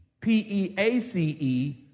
P-E-A-C-E